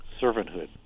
servanthood